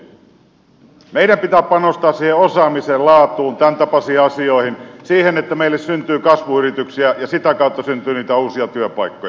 meidän pitää panostaa siihen osaamiseen laatuun tämäntapaisiin asioihin siihen että meille syntyy kasvuyrityksiä ja sitä kautta niitä uusia työpaikkoja